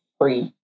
free